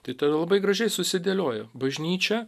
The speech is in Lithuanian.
tai tada labai gražiai susidėlioja bažnyčia